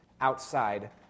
Outside